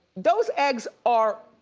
those eggs are